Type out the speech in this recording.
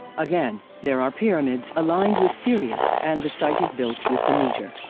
again, there are pyramids, aligned with sirius and the site is built with the meter.